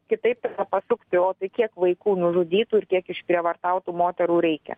kitaip tada pasukti o tai kiek vaikų nužudytų ir kiek išprievartautų moterų reikia